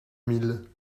mille